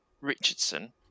Richardson